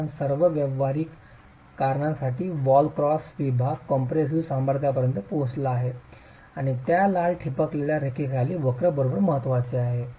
कारण सर्व व्यावहारिक कारणांसाठी वॉल क्रॉस विभाग कॉम्पॅसिव्ह सामर्थ्यासह पोहोचला आहे आणि त्या लाल ठिपकलेल्या रेषेखालील वक्र खरोखर महत्त्वाचे आहे